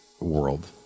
world